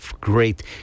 great